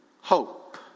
hope